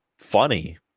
funny